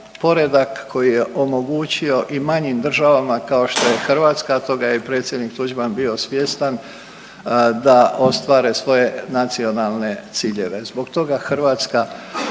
poredak koji je omogućio i manjim državama kao što je Hrvatska, a toga je i predsjednik Tuđman bio svjestan da ostvare svoje nacionalne ciljeve. Zbog toga Hrvatska